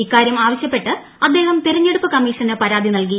ഇക്കാര്യം ആവശ്യപ്പെട്ട് അദ്ദേഹം തെരഞ്ഞെടുപ്പ് കമ്മീഷന് പരാതി നൽകി